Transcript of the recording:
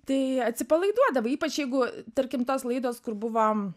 tai atsipalaiduodavai ypač jeigu tarkim tos laidos kur buvom